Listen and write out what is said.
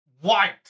white